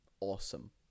awesome